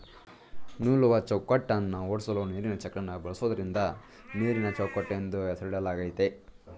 ನೂಲುವಚೌಕಟ್ಟನ್ನ ಓಡ್ಸಲು ನೀರಿನಚಕ್ರನ ಬಳಸೋದ್ರಿಂದ ನೀರಿನಚೌಕಟ್ಟು ಎಂದು ಹೆಸರಿಡಲಾಗಯ್ತೆ